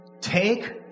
Take